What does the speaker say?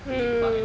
really far kan